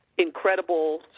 incredible